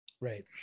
Right